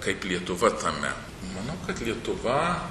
kaip lietuva tame manau kad lietuva